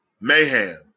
mayhem